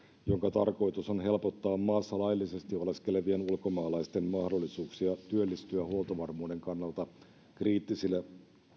jonka tarkoitus on helpottaa maassa laillisesti oleskelevien ulkomaalaisten mahdollisuuksia työllistyä huoltovarmuuden kannalta kriittisille